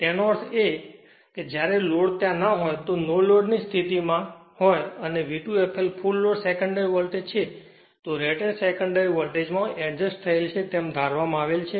તેનો અર્થ એ છે કે જ્યારે લોડ ત્યાં ના હોય કહો કે નોલોડ ની સ્થિતિ માં હોય અને V2 fl full load secondary voltage છે તે રેટેડ સેકન્ડરીવોલ્ટેજ માં એડજસ્ટ થયેલ છે તેમ ધારવામાં આવેલ છે